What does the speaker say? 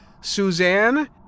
Suzanne